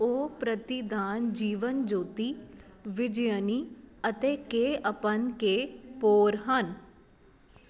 ਉਹ ਪ੍ਰਤੀਦਾਨ ਜੀਵਨ ਜੋਤੀ ਵਿਜਯਨੀ ਅਤੇ ਕੇ ਅਪਨ ਕੇ ਪੋਰ ਹਨ